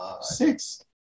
six